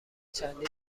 چندین